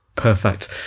Perfect